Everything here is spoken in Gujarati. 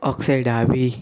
અક્ષય ડાભી